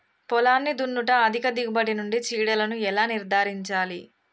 పొలాన్ని దున్నుట అధిక దిగుబడి నుండి చీడలను ఎలా నిర్ధారించాలి?